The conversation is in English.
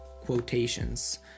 quotations